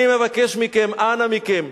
אני מבקש מכם, אנא מכם,